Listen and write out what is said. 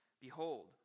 Behold